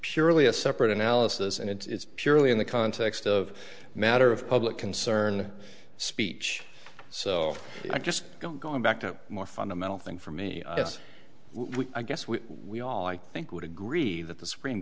purely a separate analysis and it's purely in the context of matter of public concern speech so i'm just going going back to more fundamental thing for me i guess we we all i think would agree that the supreme